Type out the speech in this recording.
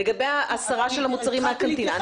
לגבי ההסרה של המוצרים מהקנטינה.